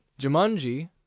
Jumanji